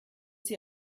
sie